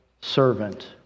servant